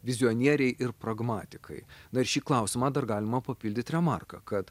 vizionieriai ir pragmatikai na ir šį klausimą dar galima papildyt remarka kad